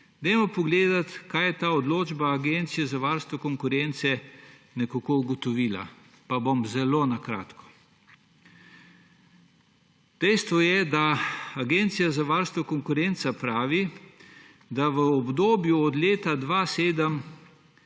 dajmo pogledati, kaj je ta odločba agencije za varstvo konkurence ugotovila. Bom zelo na kratko. Dejstvo je, da agencija za varstvo konkurence pravi, da sta se v obdobju od leta 2007